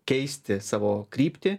keisti savo kryptį